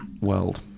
world